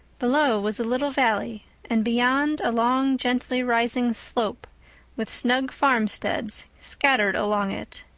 below was a little valley and beyond a long, gently-rising slope with snug farmsteads scattered along it.